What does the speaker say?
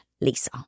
Lisa